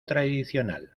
tradicional